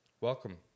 Welcome